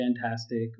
fantastic